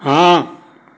ਹਾਂ